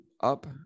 up